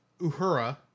Uhura